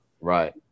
right